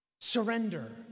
Surrender